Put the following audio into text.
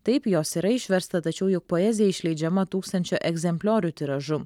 taip jos yra išversta tačiau juk poezija išleidžiama tūkstančio egzempliorių tiražu